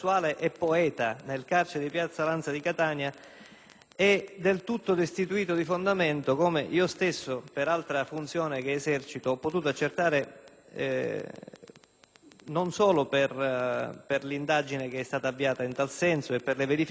è del tutto destituito di fondamento, non solo perchè io stesso, per altra funzione che esercito, ho potuto accertarlo per l'indagine avviata in tal senso e per le verifiche fatte presso l'infermeria del carcere e presso gli ospedali cittadini,